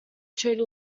treated